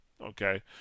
Okay